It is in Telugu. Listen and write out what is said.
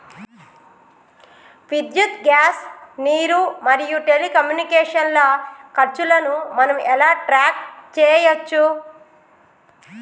విద్యుత్ గ్యాస్ నీరు మరియు టెలికమ్యూనికేషన్ల ఖర్చులను మనం ఎలా ట్రాక్ చేయచ్చు?